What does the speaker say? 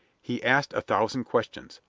he asked a thousand questions,